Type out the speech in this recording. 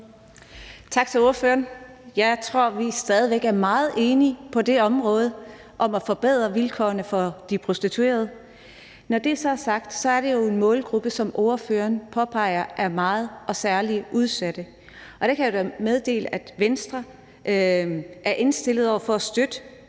Tak til spørgeren. Jeg tror, at vi stadig væk er meget enige om at forbedre vilkårene for de prostituerede på det område. Når det så er sagt, er det jo en målgruppe, som ordføreren påpeger, med nogle meget og særligt udsatte mennesker, og der kan jeg meddele, at Venstre er indstillet på at støtte